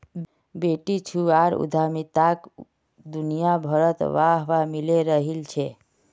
बेटीछुआर उद्यमिताक दुनियाभरत वाह वाह मिले रहिल छे